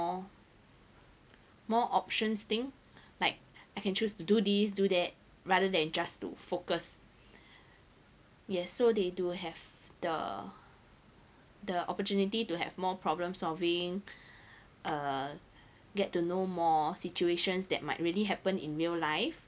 more options thing like I can choose to do this do that rather than just to focus yes so they do have the the opportunity to have more problems solving uh get to know more situations that might really happen in real life